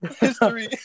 History